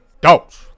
dogs